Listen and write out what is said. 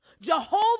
Jehovah